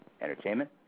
Entertainment